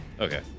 Okay